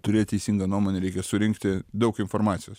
turėt teisingą nuomonę reikia surinkti daug informacijos